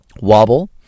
Wobble